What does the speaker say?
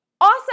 awesome